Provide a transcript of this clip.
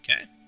okay